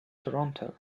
toronto